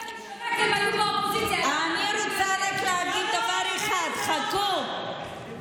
זה לא עבר בקריאה הראשונה, עוד פעם אין שר במליאה?